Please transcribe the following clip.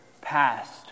past